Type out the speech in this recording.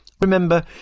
Remember